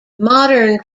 modern